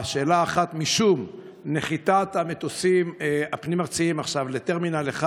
שאלה אחת: משום נחיתת המטוסים הפנים-ארציים עכשיו בטרמינל 1,